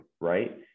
right